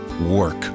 work